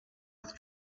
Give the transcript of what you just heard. with